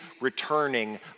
returning